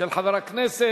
של חבר הכנסת